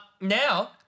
Now